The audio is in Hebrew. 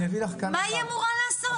מה היא אמורה לעשות?